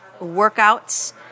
workouts